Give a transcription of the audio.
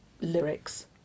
lyrics